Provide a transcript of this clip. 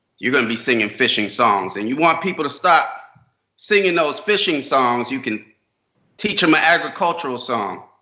you're gonna be singing and fishing songs. and you want people to stop singing those fishing songs, you can teach them an ah agricultural song.